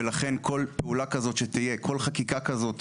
ולכן כל פעולה כזאת שתהיה, כל חקיקה כזאת